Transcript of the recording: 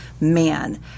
man